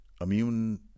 immune